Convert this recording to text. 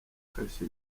kashi